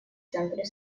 центре